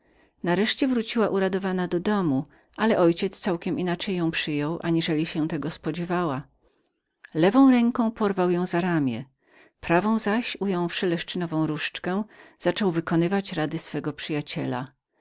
nareszcie wróciła uradowana do domu ale mój ojciec całkiem inaczej ją przyjął aniżeli się tego spodziewała lewą ręką porwał ją za lewe ramię prawą zaś ująwszy czarodziejską laskę zaczął wykonywać rady swego przyjaciela